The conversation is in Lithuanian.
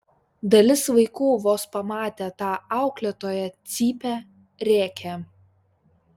dalis vaikų vos pamatę tą auklėtoją cypia rėkia